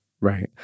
Right